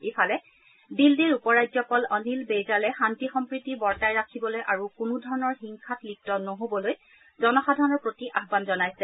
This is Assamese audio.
ইফালে দিল্লীৰ উপ ৰাজ্যপাল অনিল বেইজালে শান্তি সম্প্ৰীতি বৰ্তাই ৰাখিবলৈ আৰু কোনো ধৰণৰ হিংসাত লিপ্ত নহবলৈ জনসাধাৰণৰ প্ৰতি আহান জনাইছে